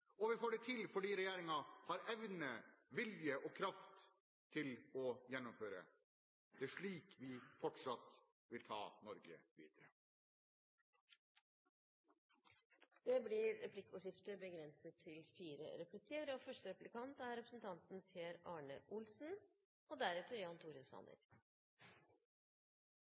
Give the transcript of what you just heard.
og vi får det til fordi regjeringen har evne, vilje og kraft til å gjennomføre. Det er slik vi fortsatt vil ta Norge videre. Det blir replikkordskifte.